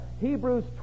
Hebrews